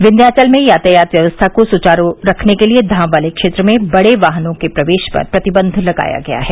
विन्ध्याचल में यातायात व्यवस्था को सुचारू रखने के लिये धाम वाले क्षेत्र में बड़े वाहनों के प्रवेश पर प्रतिबंध लगाया गया है